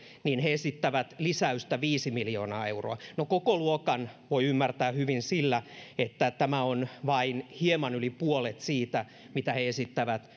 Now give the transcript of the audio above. he esittävät lisäystä viisi miljoonaa euroa no kokoluokan voi ymmärtää hyvin sillä että tämä on vain hieman yli puolet siitä mitä he esittävät